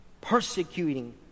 persecuting